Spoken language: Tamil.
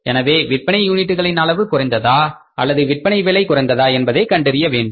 எனவே விற்பனை யூனிட்களின் அளவு குறைந்ததா அல்லது விற்பனை விலை குறைந்ததா என்பதை கண்டறிய வேண்டும்